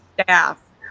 staff